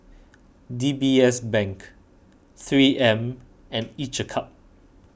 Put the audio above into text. D B S Bank three M and each a cup